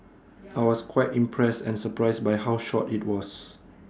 I was quite impressed and surprised by how short IT was